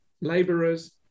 laborers